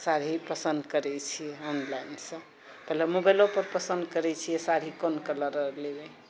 साड़ी पसन्द करै छी ऑनलाइनसँ मतलब मोबाइलो पर पसन्द करै छियै साड़ी कोन कलर आओर लेबै